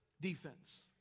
defense